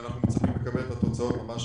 ואנחנו מצפים לקבל את התוצאות ממש